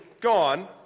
gone